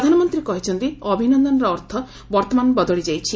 ପ୍ରଧାନମନ୍ତ୍ରୀ କହିଛନ୍ତି ଅଭିନନ୍ଦନର ଅର୍ଥ ବର୍ତ୍ତମାନ ବଦଳିଯାଇଛି